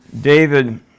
David